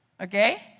Okay